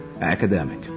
Academic